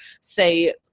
say